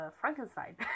Frankenstein